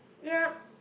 yup